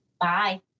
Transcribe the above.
Bye